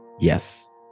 yes